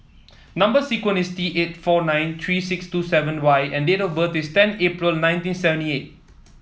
number sequence is T eight four nine three six two seven Y and date of birth is ten April nineteen seventy eight